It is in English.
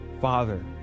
father